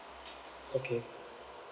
okay